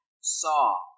saw